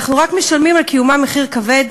אנחנו רק משלמים על קיומה מחיר כבד.